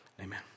Amen